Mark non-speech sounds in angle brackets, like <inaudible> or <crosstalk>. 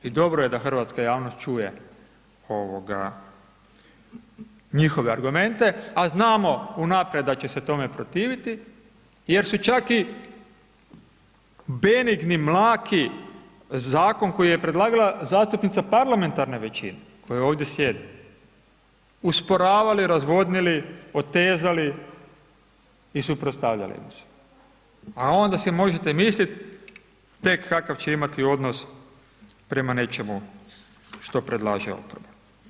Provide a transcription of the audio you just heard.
I dobro je da hrvatska javnost čuje njihove argumente a znamo unaprijed da će se tome protiviti jer su čak i benigni, mlaki zakon koji je predlagala zastupnica parlamentarne većina koja ovdje sjedi usporavali, razvodnili, otezali i suprotstavljali ... <unintelligible> a onda si možete misliti tek kakav će imati odnos prema nečemu što predlaže oporba.